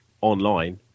online